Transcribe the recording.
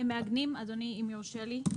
אדוני, אם יורשה לי,